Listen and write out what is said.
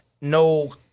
no